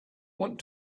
want